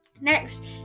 Next